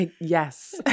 Yes